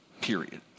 period